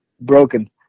broken